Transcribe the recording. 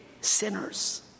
sinners